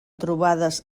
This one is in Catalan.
trobades